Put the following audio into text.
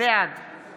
בעד